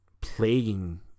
plaguing